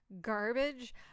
garbage